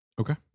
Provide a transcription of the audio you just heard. okay